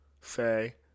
say